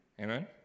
Amen